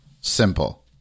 simple